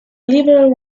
liberal